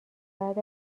بعد